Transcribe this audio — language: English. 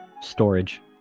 storage